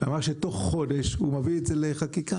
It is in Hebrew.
ואמר שתוך חודש הוא מביא את זה לחקיקה.